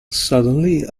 suddenly